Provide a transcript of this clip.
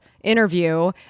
interview